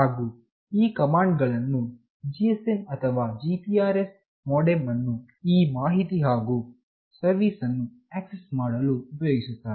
ಹಾಗು ಈ ಕಮಾಂಡ್ ಗಳನ್ನು GSM ಅಥವಾ GPRS ಮೋಡೆಮ್ ಅನ್ನು ಈ ಮಾಹಿತಿ ಹಾಗು ಸರ್ವೀಸ್ ಅನ್ನು ಆಕ್ಸೆಸ್ ಮಾಡಲು ಉಪಯೋಗಿಸುತ್ತಾರೆ